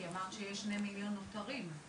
כי אמרת שיש שני מיליון נותרים.